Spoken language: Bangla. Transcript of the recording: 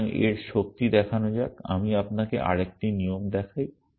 সুতরাং এর শক্তি দেখানো যাক আমি আপনাকে আরেকটি নিয়ম দেখাই